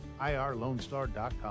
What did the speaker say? IRLoneStar.com